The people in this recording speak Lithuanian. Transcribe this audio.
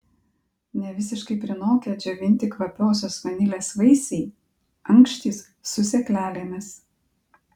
nevisiškai prinokę džiovinti kvapiosios vanilės vaisiai ankštys su sėklelėmis